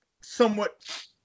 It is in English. somewhat